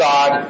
God